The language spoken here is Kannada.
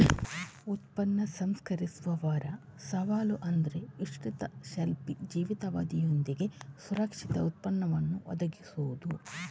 ಉತ್ಪನ್ನ ಸಂಸ್ಕರಿಸುವವರ ಸವಾಲು ಅಂದ್ರೆ ವಿಸ್ತೃತ ಶೆಲ್ಫ್ ಜೀವಿತಾವಧಿಯೊಂದಿಗೆ ಸುರಕ್ಷಿತ ಉತ್ಪನ್ನವನ್ನ ಒದಗಿಸುದು